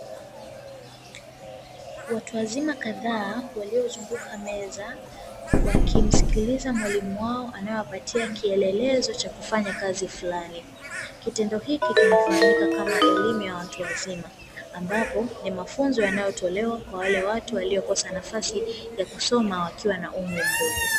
Watu wazima kadhaa waliozunguuka meza waki msikiliza mwalimu anaewapatia kielelezo cha kufanya kazi fulani, kitendo hiki kina fahamika kama elimu ya watu wazima, ambapo ni mafunzo yanayotolewa kwa wale watu walikosa nafasi ya kusoma wakiwa na umri mdogo.